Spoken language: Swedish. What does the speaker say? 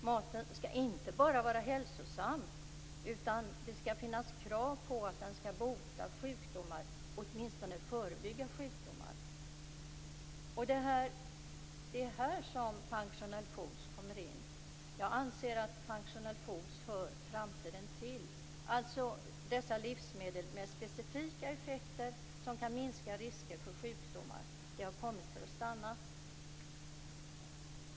Maten skall inte bara vara hälsosam, utan det skall finnas krav på att den skall bota sjukdomar, åtminstone förebygga sjukdomar. Det är här som functional foods kommer in. Jag anser att functional foods hör framtiden till. Dessa livsmedel med specifika effekter som kan minska risken för sjukdomar har kommit för att stanna.